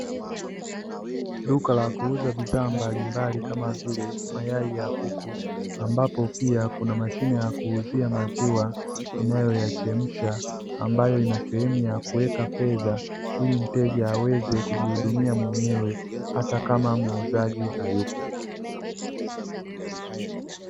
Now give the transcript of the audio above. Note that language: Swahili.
Duka la kuuza bidhaa mbalimbali kama vile mayai ya kuku, ambapo pia kuna mashine ya kuuzia maziwa inayoyachemsha, ambayo ina sehemu ya kuweka fedha ili mteja aweze kujihudumia mwenyewe hata kama muuzaji hayupo.